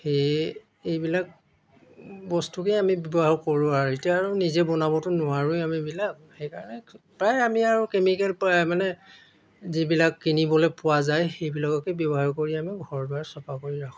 সেয়ে এইবিলাক বস্তুকেই আমি ব্যৱহাৰ কৰোঁ আৰু এতিয়া আৰু নিজে বনাবতো নোৱাৰোঁৱেই আমিব এইবিলাক সেইকাৰণে প্ৰায় আমি আৰু কেমিকেল মানে যিবিলাক কিনিবলৈ পোৱা যায় সেইবিলাককেই ব্যৱহাৰ কৰি আমি ঘৰ দুৱাৰ চফা কৰি ৰাখোঁ